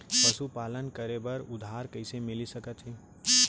पशुपालन करे बर उधार कइसे मिलिस सकथे?